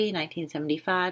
1975